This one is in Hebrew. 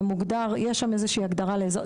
יש שם איזושהי הגדרה לאזור.